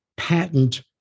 patent